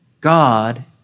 God